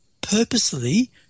purposely